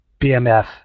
BMF